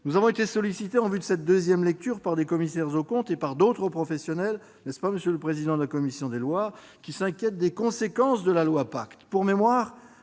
Nous avons été sollicités, en vue de cette deuxième lecture, par des commissaires aux comptes et par d'autres professionnels- n'est-ce pas, monsieur le président de la commission des lois ? -qui s'inquiètent des conséquences de la loi Pacte.